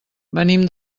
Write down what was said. venim